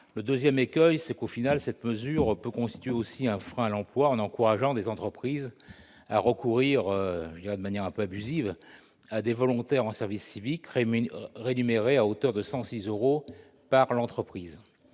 Le second problème, c'est que, au final, cette mesure peut constituer aussi un frein à l'emploi, en encourageant des entreprises à recourir, de manière quelque peu abusive, à des volontaires en service civique, rémunérés à hauteur de 106 euros par l'entreprise.